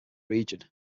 region